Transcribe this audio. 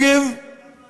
לנגב